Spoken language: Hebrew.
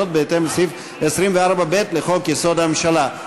בהתאם לסעיף 24(ב) לחוק-יסוד: הממשלה.